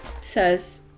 says